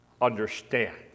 understand